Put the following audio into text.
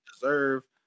deserve